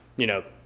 you know,